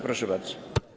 Proszę bardzo.